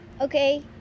okay